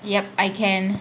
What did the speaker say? yup I can